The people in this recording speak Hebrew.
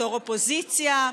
בתור אופוזיציה: